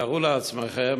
תתארו לעצמכם,